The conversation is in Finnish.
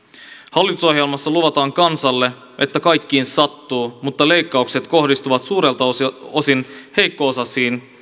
hallitusohjelmassa luvataan kansalle että kaikkiin sattuu mutta leikkaukset kohdistuvat suurelta osin heikko osaisin